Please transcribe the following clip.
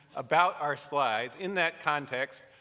about our slides in that context,